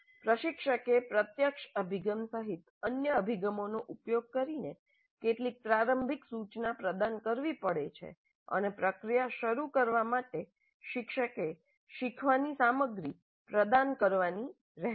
પ્રશિક્ષકે પ્રત્યક્ષ અભિગમ સહિત અન્ય અભિગમોનો ઉપયોગ કરીને કેટલીક પ્રારંભિક સૂચના પ્રદાન કરવી પડી શકે છે અને પ્રક્રિયા શરૂ કરવા માટે શિક્ષકે શીખવાની સામગ્રી પ્રદાન કરવાની રહેશે